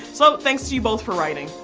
so thanks for you both for writing!